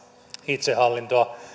itsehallintoa